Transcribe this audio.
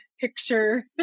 picture